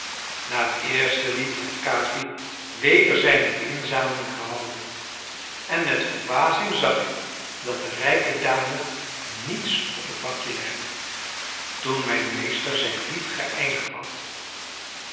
na het eerste lied had capi weder zijne inzameling gehouden en met verbazing zag ik dat de rijke dame niets op het bakje legde toen mijn meester zijn lied geëindigd had